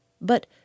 But